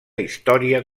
història